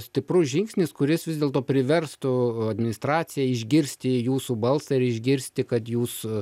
stiprus žingsnis kuris vis dėlto priverstų administraciją išgirsti jūsų balsą ir išgirsti kad jūs